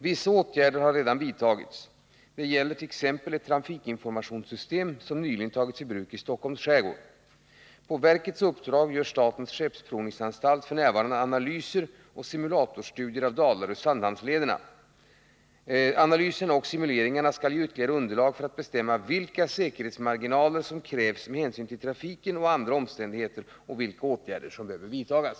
Vissa åtgärder har redan vidtagits. Det gäller t.ex. ett Om åtgärder för trafikinformationssystem som nyligen tagits i bruk i Stockholms skärgård. På — att förhindra könsverkets uppdrag gör statens skeppsprovningsanstalt f.n. analyser och diskriminering simulatorstudier av Dalaröoch Sandhamnslederna. Analyserna och simuinom kommunileringarna skall ge ytterligare underlag för att bestämma vilka säkerhetsmar — kationsväsendet ginaler som krävs med hänsyn till trafiken och andra omständigheter och vilka åtgärder som behöver vidtas.